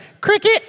cricket